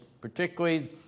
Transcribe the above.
particularly